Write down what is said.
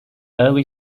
early